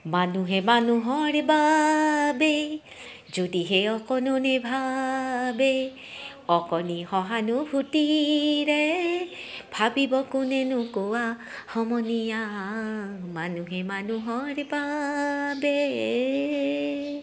মানুহে মানুহৰ বাবে যদিহে অকণো নাভাবে অকণি সহানুভূতিৰে ভাবিব কোনেনো কোৱা সমনীয়া মানুহে মানুহৰ বাবে